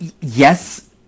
Yes